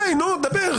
די נו, דבר.